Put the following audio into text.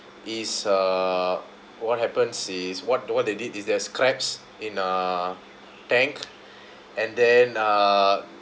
is uh what happens is what what they did is there're crabs in a tank and then er